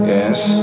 Yes